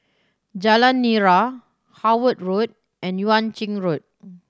Jalan Nira Howard Road and Yuan Ching Road